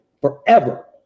forever